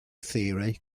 theory